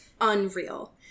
unreal